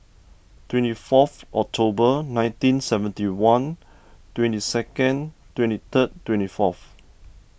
twenty four of October nineteen seventy one twenty second twenty three twenty four of